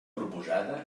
proposada